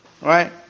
Right